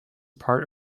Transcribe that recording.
part